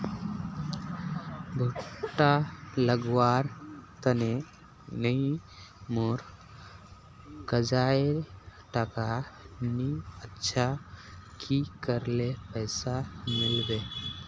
भुट्टा लगवार तने नई मोर काजाए टका नि अच्छा की करले पैसा मिलबे?